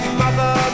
mother